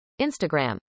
Instagram